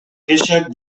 kexak